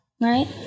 Right